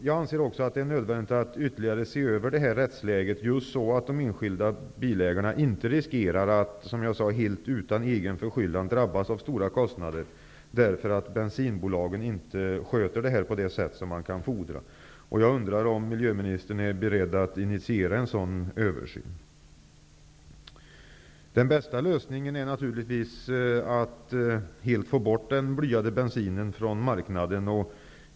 Jag anser också att det är nödvändigt att ytterligare se över rättsläget, så att de enskilda bilägarna inte riskerar att helt utan egen förskyllan drabbas av stora kostnader därför att bensinbolagen inte sköter detta på det sätt som man kan fordra. Jag undrar om miljöministern är beredd att initiera en sådan översyn? Den bästa lösningen är naturligtvis att man helt får bort den blyade bensinen från marknaden.